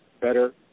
better